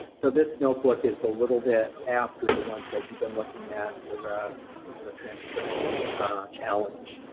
so this notebook is a little bit after the ones that you've been looking at for the the transcription challenge.